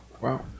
Wow